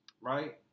Right